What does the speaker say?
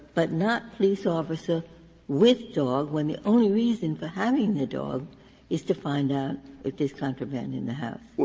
but not police officer with dog, when the only reason for having the dog is to find out if there's contraband in the house.